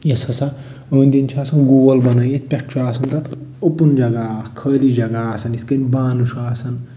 یَتھ ہَسا أنٛدۍ أنٛدۍ چھِ آسان گول بنٲیِتھ پٮ۪ٹھٕ چھُ آسان تتھ اوٚپُن جگہ اکھ خٲلی جگہ آسان یِتھ کٔنۍ بانہٕ چھُ آسان